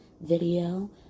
video